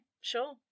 Sure